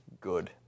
good